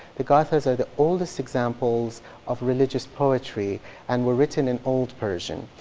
the gathas are the oldest examples of religious poetry and were written in old persian.